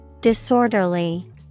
Disorderly